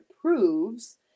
proves